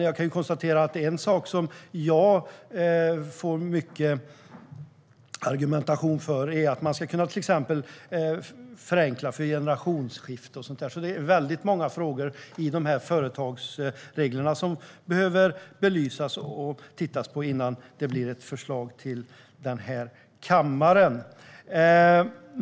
Jag kan konstatera att en sak som jag får mycket argumentation för är att man till exempel skulle kunna förenkla för generationsskifte och sådant. Det är väldigt många frågor när det gäller företagsreglerna som behöver belysas och tittas på innan det blir ett förslag till kammaren.